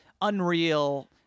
unreal